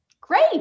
great